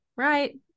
right